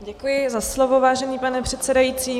Děkuji za slovo, vážený pane předsedající.